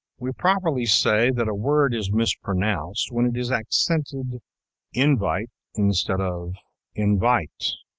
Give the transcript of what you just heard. we properly say that a word is mispronounced when it is accented in'-vite instead of in-vite',